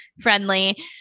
friendly